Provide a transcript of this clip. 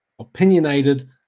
opinionated